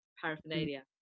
paraphernalia